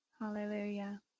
Hallelujah